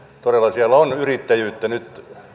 todella siellä on yrittäjyyttä nyt